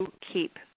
keep